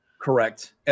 Correct